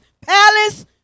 palace